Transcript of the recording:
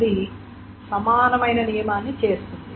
అది సమానమైన నియమాన్ని చేస్తుంది